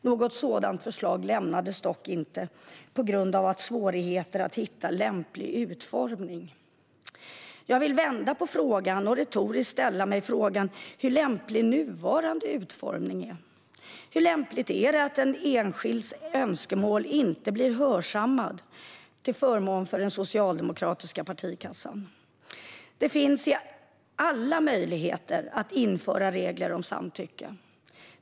Något sådant förslag lämnades dock inte på grund av svårigheter att hitta en lämplig utformning. Jag vill vända på frågan och retoriskt fråga hur lämplig nuvarande utformning är. Hur lämpligt är det att enskildas önskemål inte blir hörsammade till förmån för den Socialdemokratiska partikassan? Det finns alla möjligheter att införa regler om samtycke.